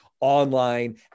online